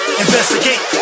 investigate